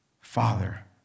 Father